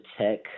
Tech